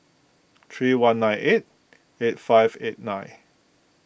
three one nine eight eight five eight nine